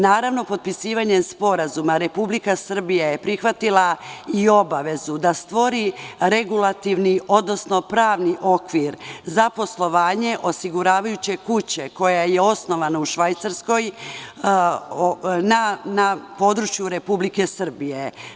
Naravno, potpisivanjem sporazuma Republika Srbija je prihvatila i obavezu da stvori regulativni, odnosno pravni okvir za poslovanje osiguravajuće kuće koja je osnovana u Švajcarskoj na području Republike Srbije.